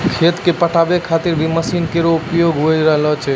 खेत क पटावै खातिर भी मसीन केरो प्रयोग होय रहलो छै